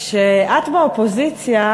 כשאת באופוזיציה,